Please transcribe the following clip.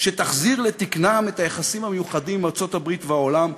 שתחזיר לתקנם את היחסים המיוחדים עם ארצות-הברית והעולם,